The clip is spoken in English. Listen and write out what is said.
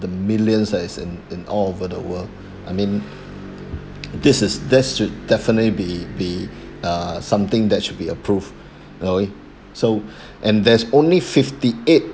the millions lah as in in all over the world I mean this is this should definitely be be uh something that should be approved you know so and there's only fifty eight